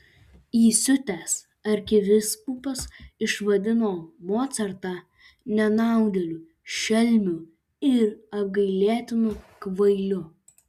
įsiutęs arkivyskupas išvadino mocartą nenaudėliu šelmiu ir apgailėtinu kvailiu